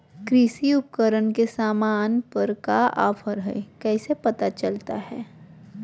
कृषि उपकरण के सामान पर का ऑफर हाय कैसे पता चलता हय?